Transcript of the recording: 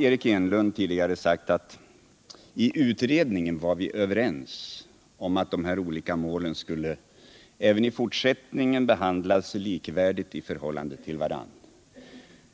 Eric Enlund har tidigare sagt att man i utredningen var överens om att de olika målen även i fortsättningen skulle behandlas likvärdigt i förhållande till varandra.